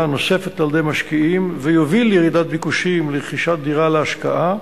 נוספת על-ידי משקיעים ויוביל לירידת ביקושים לרכישת דירה להשקעה,